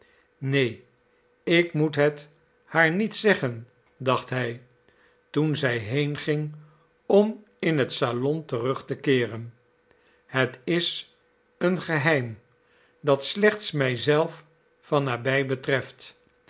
neen ik moet het haar niet zeggen dacht hij toen zij heenging om in het salon terug te keeren het is een geheim dat slechts mij zelf van nabij betreft